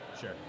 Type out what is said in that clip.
sure